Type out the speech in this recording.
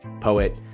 poet